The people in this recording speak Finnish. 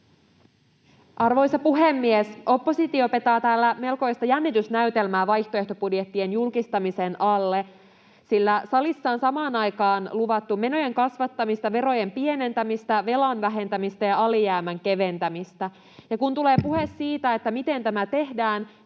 Arvoisa puhemies! Oppositio petaa täällä melkoista jännitysnäytelmää vaihtoehtobudjettien julkistamisen alle, sillä salissa on samaan aikaan luvattu menojen kasvattamista, verojen pienentämistä, velan vähentämistä ja alijäämän keventämistä. Kun tulee puhe siitä, miten tämä tehdään,